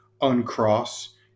uncross